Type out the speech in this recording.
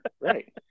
right